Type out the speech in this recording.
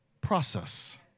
process